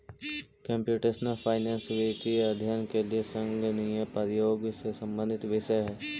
computational finance वित्तीय अध्ययन के लिए संगणकीय प्रयोग से संबंधित विषय है